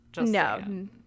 no